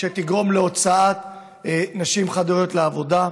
ושתגרום ליציאת נשים חד-הוריות לעבודה.